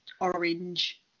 orange